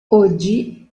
oggi